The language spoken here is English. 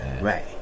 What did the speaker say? right